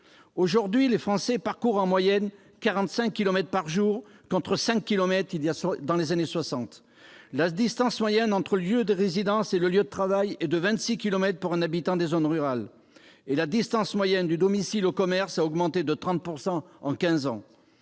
Aujourd'hui, les Français parcourent en moyenne 45 kilomètres par jour, contre 5 kilomètres dans les années soixante. La distance moyenne entre le lieu de résidence et le lieu de travail est de 28 kilomètres pour un habitant des zones rurales, et la distance moyenne du domicile aux commerces a augmenté de 30 % en quinze